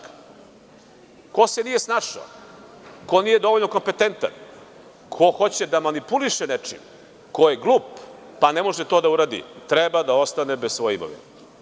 Ko se nije snašao, ko nije dovoljno kompetentan, ko hoće da manipuliše nečim, ko je glup pa ne može to da uradi, treba da ostane bez svoje imovine.